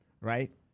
right